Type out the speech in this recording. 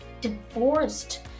divorced